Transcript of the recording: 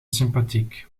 sympathiek